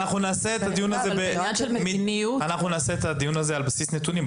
אנחנו נקיים את הדיון הזה על בסיס נתונים.